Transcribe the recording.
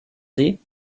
sie